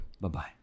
Bye-bye